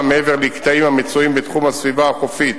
מעבר לקטעים המצויים בתחום הסביבה החופית